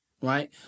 right